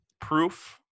proof